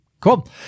Cool